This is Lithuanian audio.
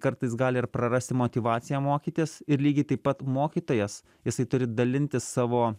kartais gali ir prarasti motyvaciją mokytis ir lygiai taip pat mokytojas jisai turi dalintis savo